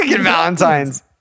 Valentine's